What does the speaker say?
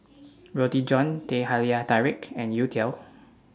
Roti John Teh Halia Tarik and Youtiao